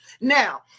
Now